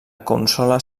consola